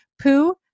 poo